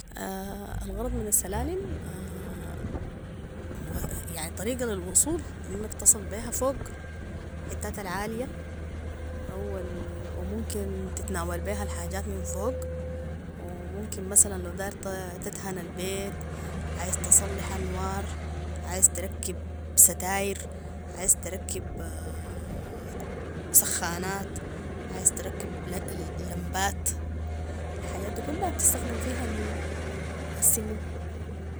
الغرض من السلالم يعني طريقة للوصول لانك تصل بيها فوق حتات العالية او ال ممكن تتناول بيها الحاجات من فوق وممكن مثلا لو داير تدهن البيت عايز تصلح أنوار عايز تركب ستاير عايز تركب سخانات عايز تركب لمبات الحاجات دي كلها بتستخدم فيها السلم